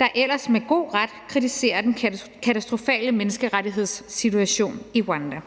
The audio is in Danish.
der ellers med god ret kritiserer den katastrofale menneskerettighedssituation i Rwanda.